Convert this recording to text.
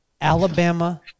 Alabama